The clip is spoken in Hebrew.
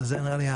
וזה נראה לי,